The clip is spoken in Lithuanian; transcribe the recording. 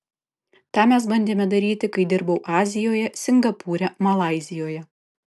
tą mes bandėme daryti kai dirbau azijoje singapūre malaizijoje